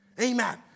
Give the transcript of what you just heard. Amen